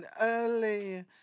early